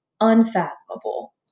unfathomable